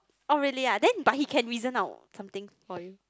orh really ah then but he can reason out something for you